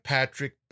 Patrick